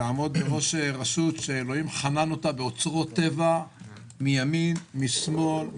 לעמוד בראש רשות שאלוהים חנן אותה באוצרות טבע מימין ומשמאל,